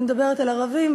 אני מדברת על ערבים,